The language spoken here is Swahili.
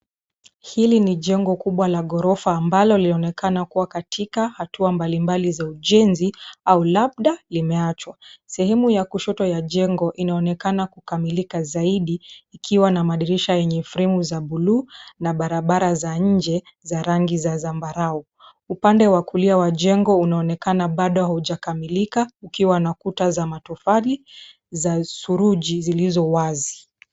Hili jengo kubwa la ghorofa ambalo, linaonekana kuwa katika hatua mbalimbali za ujenzi, au labda, limeachwa. Sehemu ya kushoto ya jengo, inaonekana kukamilika zaidi, ikiwa na madirisha yenye fremu za bluu, na barabara za nje, za rangi za zambarau. Upande wa kulia wa jengo, unaonekana bado haujakamilika, ukiwa na kuta za matofali, za suruji, zilizo wazi.